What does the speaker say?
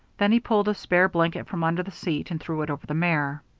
then he pulled a spare blanket from under the seat and threw it over the mare.